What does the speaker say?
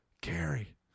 Gary